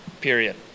period